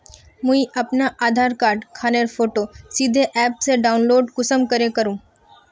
मुई अपना आधार कार्ड खानेर फोटो सीधे ऐप से डाउनलोड कुंसम करे करूम?